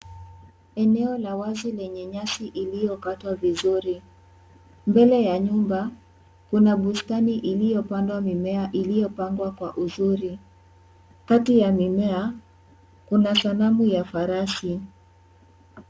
Eneo la wazi lenye nyasi iliyokatwa vizuri. Mbele ya nyumba, kuna bustani iliyopandwa mimea, iliyopangwa kwa uzuri. Katika ya mimea, kuna sanamu ya farasi.